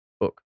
book